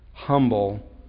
humble